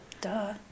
Duh